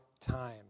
Time